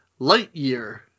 Lightyear